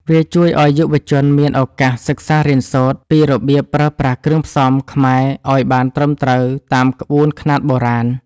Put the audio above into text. វាជួយឱ្យយុវជនមានឱកាសសិក្សារៀនសូត្រពីរបៀបប្រើប្រាស់គ្រឿងផ្សំខ្មែរឱ្យបានត្រឹមត្រូវតាមក្បួនខ្នាតបុរាណ។